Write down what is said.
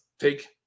take